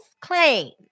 claim